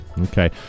Okay